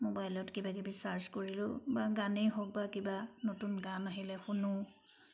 মোবাইলত কিবা কিবি চাৰ্ছ কৰিলোঁ বা গানেই হওক বা কিবা নতুন গান আহিলে শুনোঁ